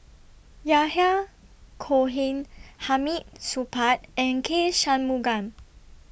Yahya Cohen Hamid Supaat and K Shanmugam